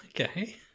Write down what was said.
Okay